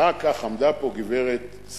אחר כך עמדה פה גברת גמליאל,